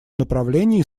направлении